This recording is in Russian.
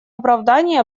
оправданий